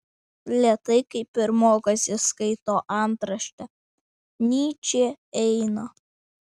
lėtai kaip pirmokas jis skaito antraštę nyčė eina